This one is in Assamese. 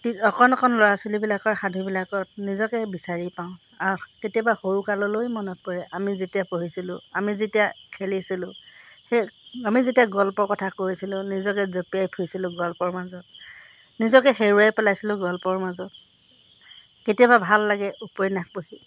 অকণ অকণ ল'ৰা ছোৱালীবিলাকৰ সাধুবিলাকত নিজকে বিচাৰি পাওঁ কেতিয়াবা সৰুকাললৈ মনত পৰে আমি যেতিয়া পঢ়িছিলোঁ আমি যেতিয়া খেলিছিলোঁ সেই আমি যেতিয়া গল্প কথা কৈছিলোঁ নিজকে জপিয়াই ফুৰিছিলোঁ গল্পৰ মাজত নিজকে হেৰুৱাই পেলাইছিলোঁ গল্পৰ মাজত কেতিয়াবা ভাল লাগে উপন্যাস পঢ়ি